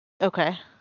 okay